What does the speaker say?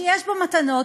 שיש בו מתנות,